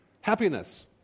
happiness